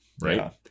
Right